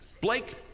Blake